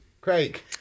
Craig